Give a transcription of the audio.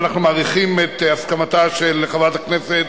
ואנחנו מעריכים את הסכמתה של חברת הכנסת